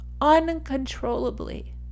uncontrollably